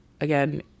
again